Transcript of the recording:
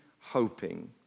hoping